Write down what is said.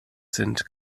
sind